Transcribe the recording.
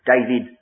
David